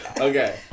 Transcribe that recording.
Okay